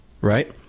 Right